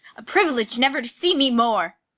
a privilege never to see me more.